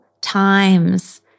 times